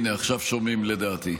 הינה, עכשיו שומעים, לדעתי.